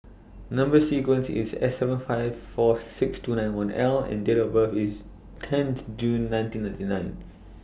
Number sequence IS S seven five four six two nine one L and Date of birth IS tenth June nineteen ninety nine